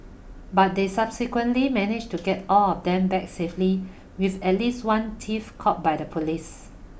but they subsequently managed to get all of them back safely with at least one thief caught by the police